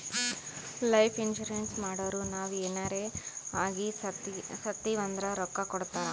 life insurance ಮಾಡುರ್ ನಾವ್ ಎನಾರೇ ಆಗಿ ಸತ್ತಿವ್ ಅಂದುರ್ ರೊಕ್ಕಾ ಕೊಡ್ತಾರ್